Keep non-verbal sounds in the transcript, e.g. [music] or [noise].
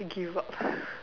okay what [breath]